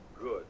Good